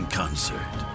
concert